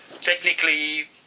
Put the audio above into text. technically